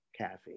caffeine